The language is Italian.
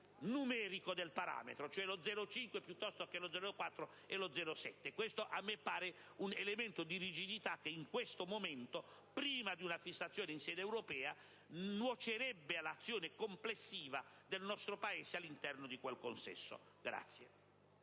numerico del parametro: lo 0,5 piuttosto che lo 0,4 e lo 0,7 a me pare un elemento di rigidità che in questo momento, prima di una fissazione in sede europea, nuocerebbe all'azione complessiva del nostro Paese all'interno di quel consesso.